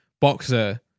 boxer